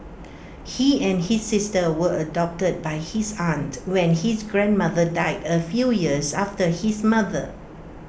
he and his sister were adopted by his aunt when his grandmother died A few years after his mother